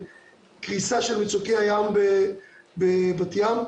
קריסה של מצוקי הים בבת ים.